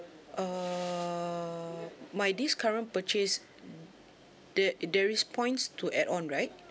err my this current purchase there there is points to add on right